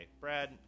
Brad